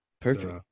perfect